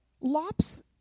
lops